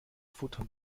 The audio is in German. futtern